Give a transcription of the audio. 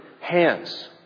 hands